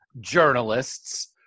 journalists